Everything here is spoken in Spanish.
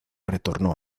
retornó